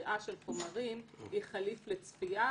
שקריאה של חומרים היא חליף לצפייה,